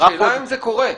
השאלה אם זה קורה.